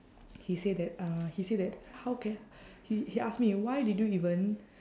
he say that uh he say that how ca~ he he ask me why did you even